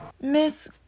Miss